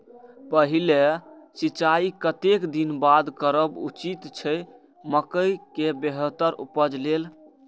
पहिल सिंचाई कतेक दिन बाद करब उचित छे मके के बेहतर उपज लेल?